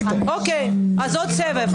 עוד סבב.